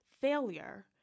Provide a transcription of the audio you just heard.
failure